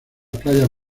playas